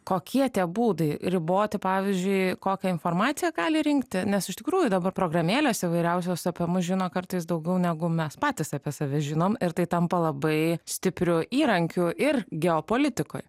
kokie tie būdai riboti pavyzdžiui kokią informaciją gali rinkti nes iš tikrųjų dabar programėlės įvairiausios apie mus žino kartais daugiau negu mes patys apie save žinom ir tai tampa labai stipriu įrankiu ir geopolitikoj